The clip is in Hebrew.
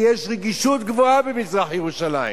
כי יש רגישות גבוהה במזרח-ירושלים.